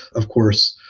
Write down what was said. of course,